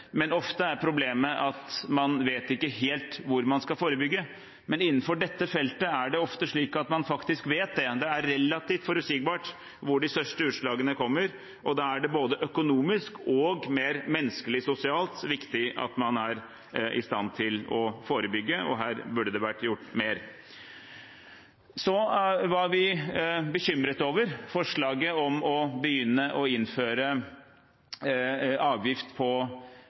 man ikke helt vet hvor man skal forebygge. Men innenfor dette feltet vet man faktisk ofte det. Det er relativt forutsigbart hvor de største utslagene kommer, og da er det både økonomisk og mer menneskelig/sosialt viktig at man er i stand til å forebygge, og her burde det vært gjort mer. Vi var bekymret over forslaget om å innføre avgift på